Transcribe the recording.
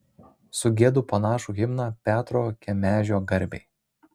sugiedu panašų himną petro kemežio garbei